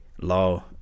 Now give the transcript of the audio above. law